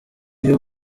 iyo